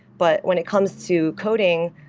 but when it comes to coding,